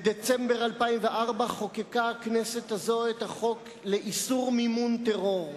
בדצמבר 2004 חוקקה הכנסת הזאת את החוק לאיסור מימון טרור.